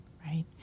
right